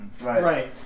right